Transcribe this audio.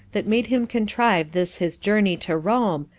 that made him contrive this his journey to rome,